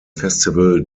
festival